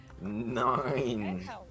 Nine